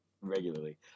regularly